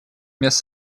мест